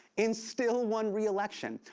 and still won re-election.